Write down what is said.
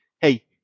Hey